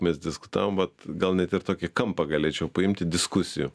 mes diskutavom vat gal net ir tokį kampą galėčiau paimti diskusijų